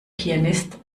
pianist